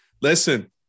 Listen